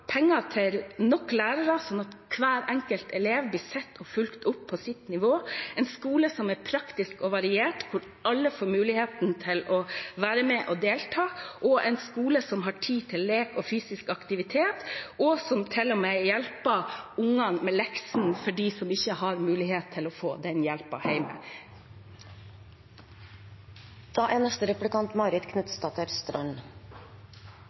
penger til nok lærere, sånn at hver enkelt elev blir sett og fulgt opp på sitt nivå, en skole som er praktisk og variert, hvor alle får muligheten til å være med og delta, en skole som har tid til lek og fysisk aktivitet, og som til og med hjelper ungene med leksene – for dem som ikke har mulighet til å få den hjelpen hjemme. Neste replikant er Marit Knutsdatter Strand.